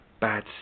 bad